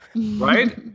right